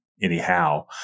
anyhow